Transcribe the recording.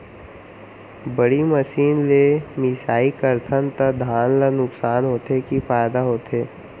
बड़ी मशीन ले मिसाई करथन त धान ल नुकसान होथे की फायदा होथे?